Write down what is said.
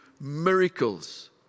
miracles